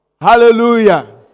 Hallelujah